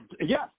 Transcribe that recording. yes